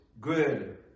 good